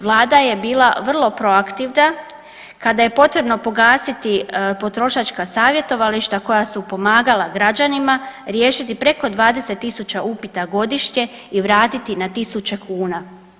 Vlada je bila vrlo proaktivna kada je potrebno pogasiti potrošaka savjetovališta koja su pomagala građanima riješiti preko 20.000 upita godišnje i vratiti na 1000 kuna.